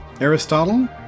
Aristotle